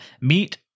Meet